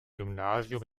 gymnasium